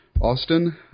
Austin